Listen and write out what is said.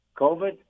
COVID